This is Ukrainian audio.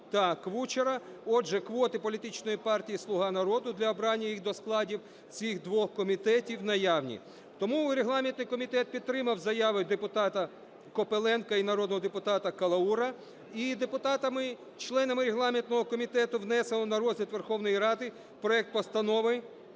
та Кучера, отже, квоти політичної партії "Слуга народу" для обрання їх до складів цих двох комітетів наявні. Тому регламентний комітет підтримав заяви депутата Копиленка і народного депутата Калаура. І депутатами членами регламентного комітету внесено на розгляд Верховної Ради проект Постанови